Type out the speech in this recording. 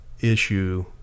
issue